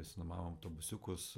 išsinuomavom autobusiukus